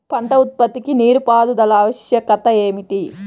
పంట ఉత్పత్తికి నీటిపారుదల ఆవశ్యకత ఏమిటీ?